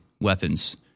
weapons